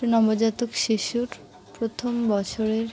এক নবজাতক শিশুর প্রথম বছরের